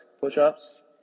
push-ups